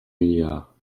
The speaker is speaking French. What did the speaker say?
milliards